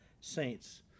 saints